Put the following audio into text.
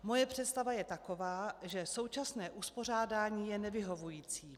Moje představa je taková, že současné uspořádání je nevyhovující.